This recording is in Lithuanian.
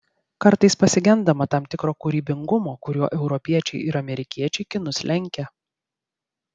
kartais pasigendama tam tikro kūrybingumo kuriuo europiečiai ir amerikiečiai kinus lenkia